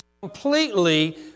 completely